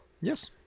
Yes